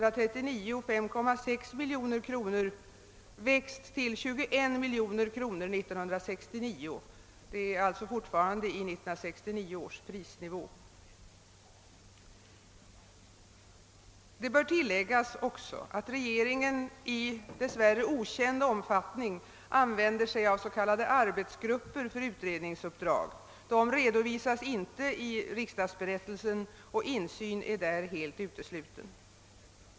kronor år 1934 har växt till 21 miljoner kronor 1969, fortfarande i 1969 års prisnivå. Det bör tilläggas att regeringen i dess värre okänd omfattning använder sig av s.k. arbetsgrupper för utredningsuppdrag. Dessa redovisas inte i riksdagsberättelsen, och insyn i deras verksamhet är helt utesluten.